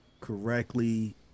correctly